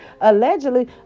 allegedly